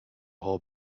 whole